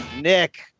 Nick